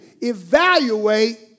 Evaluate